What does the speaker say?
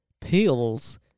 pills